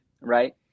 Right